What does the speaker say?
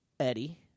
Eddie